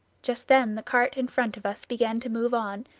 just then the cart in front of us began to move on,